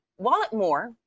Walletmore